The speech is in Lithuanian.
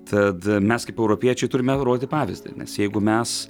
tad mes kaip europiečiai turime rodyti pavyzdį nes jeigu mes